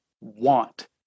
want